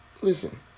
listen